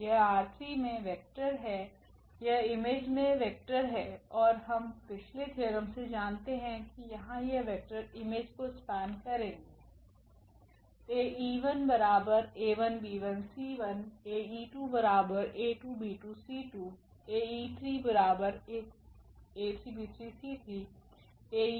यहℝ3 में वेक्टर हैं यह इमेज में वेक्टर हैं और हम पिछले थ्योरम से जानते है कि यहाँ यह वेक्टर इमेज को स्पेन करेगे